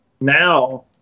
now